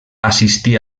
assistí